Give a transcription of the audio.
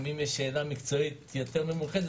אם יש שאלה מקצועית יותר ממוקדת,